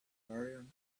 barbarian